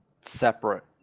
separate